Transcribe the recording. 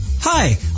Hi